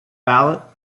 ballot